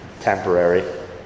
temporary